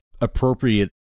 appropriate